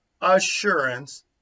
assurance